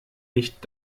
nicht